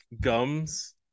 gums